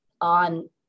on